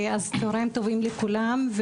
צוהריים טובים לכולם,